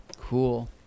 Cool